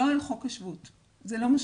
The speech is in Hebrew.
לא על חוק השבות, זה לא משליך,